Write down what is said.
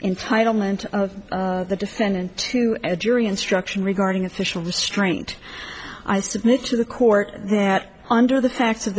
entitle and the defendant to a jury instruction regarding official restraint i submit to the court that under the facts of